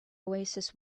oasis